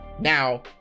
Now